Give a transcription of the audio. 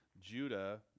Judah